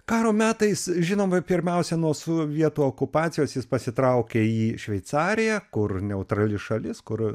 karo metais žinomai pirmiausia nuo sovietų okupacijos jis pasitraukė į šveicariją kur neutrali šalis kur